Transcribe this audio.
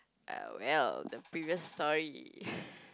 uh well the previous story